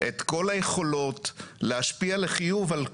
את כל היכולות להשפיע לחיוב על הכל.